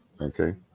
okay